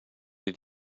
did